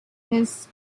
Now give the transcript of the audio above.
his